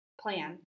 plan